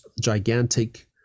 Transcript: gigantic